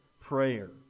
prayer